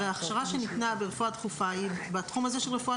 הרי ההכשרה שניתנה ברפואה דחופה היא בתחום הזה של רפואה